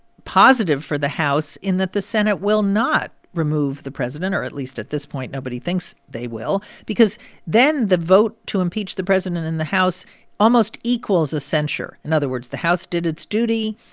positive for the house in that the senate will not remove the president or at least at this point, nobody thinks they will because then the vote to impeach the president in the house almost equals a censure. in other words, the house did its duty,